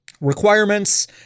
requirements